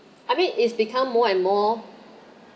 I mean it's become more and more